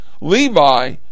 Levi